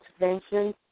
intervention